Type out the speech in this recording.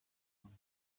jizzo